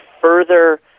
further